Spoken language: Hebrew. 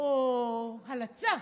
או הלצה,